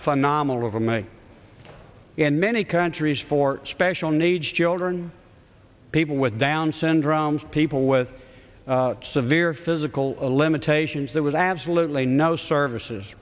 phenomenal over me in many countries for special needs children people with down syndrome people with severe physical limitations there was absolutely no services